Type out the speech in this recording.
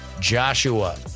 Joshua